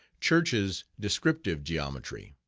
church's descriptive geometry.